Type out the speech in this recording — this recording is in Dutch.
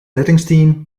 reddingsteam